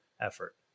Effort